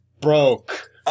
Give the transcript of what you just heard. broke